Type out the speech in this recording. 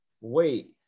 Wait